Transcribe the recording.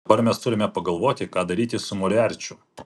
dabar mes turime pagalvoti ką daryti su moriarčiu